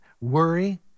worry